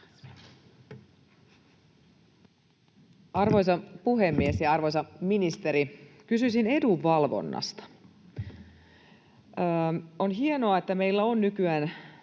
Arvoisa puhemies ja arvoisa ministeri! Kysyisin edunvalvonnasta: On hienoa, että meillä on nykyään